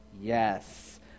Yes